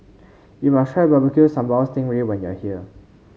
you must try Barbecue Sambal Sting Ray when you are here